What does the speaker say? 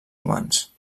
humans